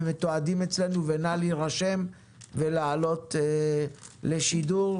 נא להירשם בהנהלת הוועדה ולעלות לשידור.